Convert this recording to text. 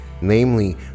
namely